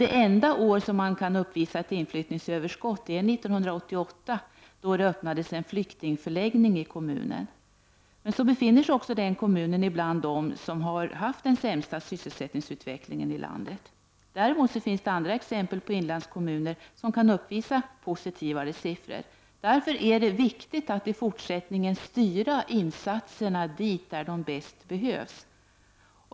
Det enda år kommunen kan uppvisa ett inflyttningsöverskott är 1988, då det öppnades en flyktningförläggning i kommunen. Men så befinner sig också denna kommun bland dem som haft den sämsta sysselsättningsutvecklingen i landet. Det finns dock exempel på inlandskommuner som kan uppvisa positivare siffror. Det är därför viktigt att i fortsättningen styra insatserna till de orter där de bäst behövs.